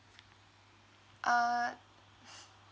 uh